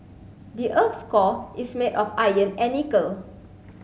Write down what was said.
the earth's core is made of iron and nickel